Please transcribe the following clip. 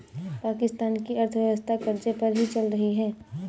पाकिस्तान की अर्थव्यवस्था कर्ज़े पर ही चल रही है